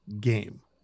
game